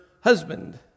husband